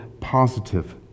positive